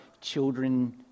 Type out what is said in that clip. children